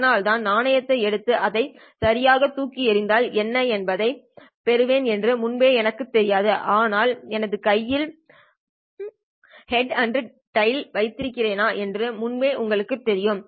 அதனால் நான் நாணயத்தை எடுத்து அதை சரியாகத் தூக்கி எறிந்தால் நான் எதைப் பெறுவேன் என்று முன்பே எனக்குத் தெரியாது ஆனால் எனது கையில் ஹெட் அல்லது டைல் வைத்திருக்கிறேனா என்று முன்பே உங்களுக்குத் தெரியும்